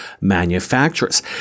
manufacturers